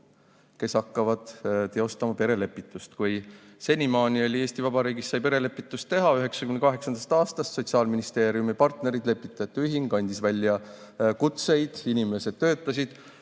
kes hakkavad teostama perelepitust. Senimaani sai Eesti Vabariigis perelepitust teha alates 1998. aastast, Sotsiaalministeeriumi partner lepitajate ühing andis välja kutseid, inimesed töötasid